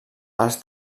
els